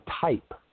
type